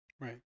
Right